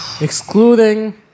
Excluding